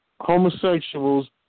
homosexuals